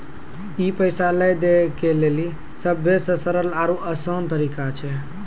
ई पैसा लै दै के लेली सभ्भे से सरल आरु असान तरिका छै